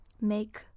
Make